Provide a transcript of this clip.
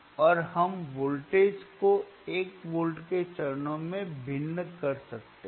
और हम वोल्टेज को 1 वोल्ट के चरणों में भिन्न कर सकते हैं